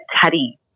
Teddy